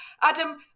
adam